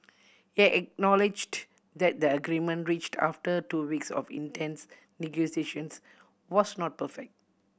he acknowledged that the agreement reached after two weeks of intense negotiations was not perfect